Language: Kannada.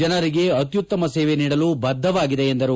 ಜನರಿಗೆ ಅತ್ತುತ್ತಮ ಸೇವೆ ನೀಡಲು ಬದ್ದವಾಗಿದೆ ಎಂದರು